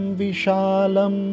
vishalam